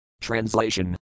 Translation